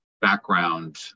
background